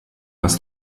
was